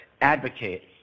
advocate